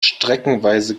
streckenweise